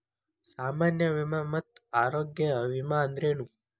ಸಾಮಾನ್ಯ ವಿಮಾ ಮತ್ತ ಆರೋಗ್ಯ ವಿಮಾ ಅಂದ್ರೇನು?